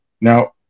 now